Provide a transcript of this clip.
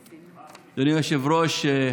היושב-ראש.